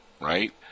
right